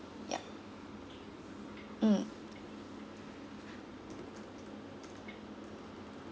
yup mm